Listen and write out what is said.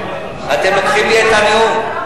אתם לוקחים לי את הנאום.